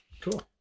Cool